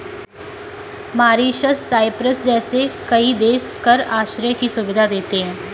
Mauritius, Cyprus जैसे कई देश कर आश्रय की सुविधा देते हैं